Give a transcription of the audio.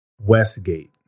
Westgate